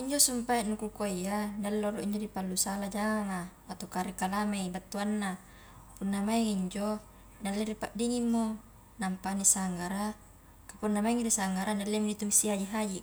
injo sumpae nu ku kua iya nialle rolo ri pallu sala janganga atauka dikalame battuanna, punnamaingmi injo nialle ni padingingmo napa nisanggara kah punna maingmi nisanggara niallemi nitumisi haji-haji.